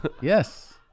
Yes